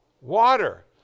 water